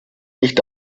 nicht